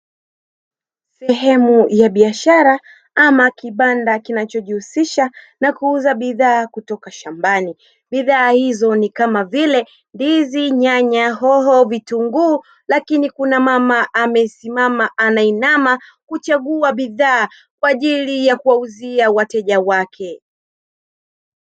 Sehemu ya biashara ama kibanda kinachojihusisha na kuuza bidhaa kutoka shambani. Bidhaa hizo ni kama vile ndizi, nyanya, hoho, vitunguu; lakini kuna mama amesimama, anainama kuchagua bidhaa kwa ajili ya kuwauzia wateja wake.